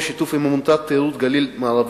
בשיתוף עם עמותת התיירות גליל-מערבי,